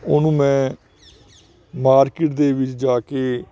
ਉਹਨੂੰ ਮੈਂ ਮਾਰਕੀਟ ਦੇ ਵਿੱਚ ਜਾ ਕੇ